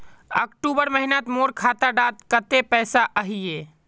अक्टूबर महीनात मोर खाता डात कत्ते पैसा अहिये?